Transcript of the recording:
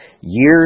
years